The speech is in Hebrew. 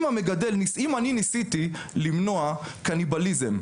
אם אני ניסיתי למנוע קניבליזם,